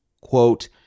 Quote